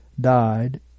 died